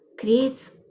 creates